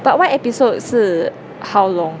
but one episode 是 how long